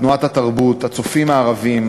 "תנועת התרבות",